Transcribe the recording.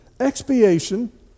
expiation